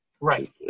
Right